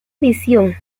edición